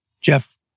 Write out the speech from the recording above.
Jeff